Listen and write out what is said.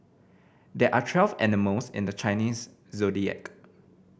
there are twelve animals in the Chinese Zodiac